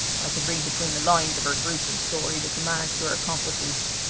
i could read between the lines of her gruesome story the commands to her accomplices.